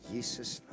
Jesus